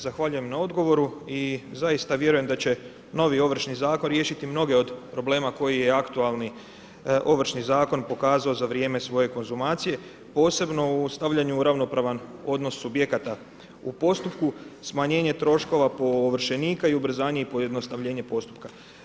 Zahvaljujem na odgovoru i zaista vjerujem da će novi Ovršni zakon riješiti mnoge od problema koji je aktualni Ovršni zakon pokazao za vrijeme svoje konzumacije, posebno u stavljanju u ravnopravan odnos subjekata u postupku, smanjenje troškova po ovršenika i ubrzanje i pojednostavljenje postupka.